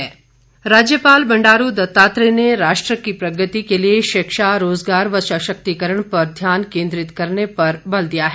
राज्यपाल राज्यपाल बंडारू दत्तात्रेय ने राष्ट्र की प्रगति के लिए शिक्षा रोजगार व सशक्तिकरण पर ध्यान केंद्रित करने पर बल दिया है